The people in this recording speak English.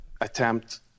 attempt